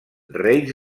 reis